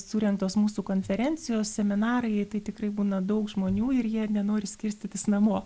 surengtos mūsų konferencijos seminarai tai tikrai būna daug žmonių ir jie nenori skirstytis namo